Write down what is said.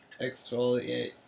exfoliate